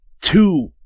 two